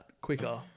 quicker